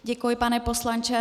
Děkuji, pane poslanče.